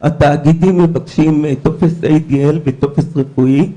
התאגידים מבקשים טופס ADL וטופס רפואי.